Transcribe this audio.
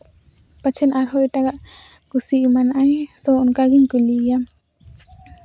ᱯᱟᱪᱷᱮ ᱟᱨᱦᱚᱸ ᱮᱴᱟᱜᱟᱜ ᱠᱩᱥᱤ ᱮᱢᱟᱱᱟᱜ ᱟᱭ ᱛᱳ ᱚᱱᱠᱟ ᱜᱤᱧ ᱠᱩᱞᱤᱭᱮᱭᱟ